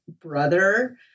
brother